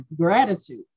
Gratitude